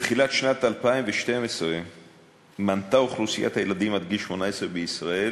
בתחילת שנת 2012 מנתה אוכלוסיית הילדים עד גיל 18 בישראל